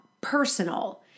personal